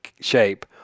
shape